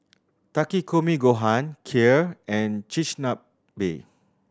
Takikomi Gohan Kheer and Chigenabe